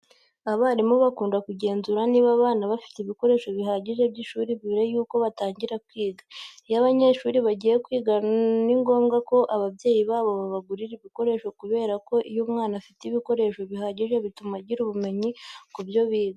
Abarimu bakunda kugenzura niba abana bafite ibikoresho bihagije by'ishuri mbere yuko batangira kwiga. Iyo abanyeshuri bagiye kwiga ni ngombwa ko ababyeyi babo babagurira ibikoresho kubera ko iyo umwana afite ibikoresho bihagije bituma agira ubumenyi ku byo yiga.